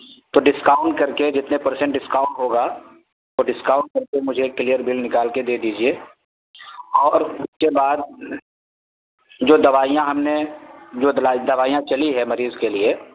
تو ڈسکاؤنٹ کر کے جتنے پرسنٹ ڈسکاؤنٹ ہوگا وہ ڈسکاؤنٹ کر کے مجھے کلیر بل نکال کے دے دیجیے اور اس کے بعد جو دوائیاں ہم نے جو دلا دوائیاں چلی ہے مریض کے لیے